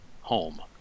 home